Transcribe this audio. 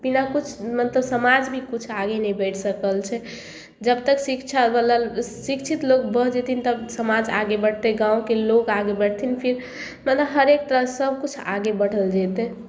बिना किछु मतलब समाजभी किछु आगे नहि बढ़ि सकल छै जबतक शिक्षा बला शिक्षित लोक भऽ जेथिन तब समाज आगे बढ़तय गाँवके लोक आगे बढ़थिन फिर माने हरेक तरह सऽ सबकुछ आगे बढ़ल जेतय